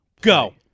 go